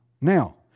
Now